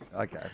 Okay